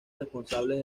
responsables